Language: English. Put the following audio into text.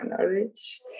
knowledge